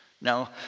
now